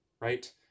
right